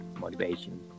motivation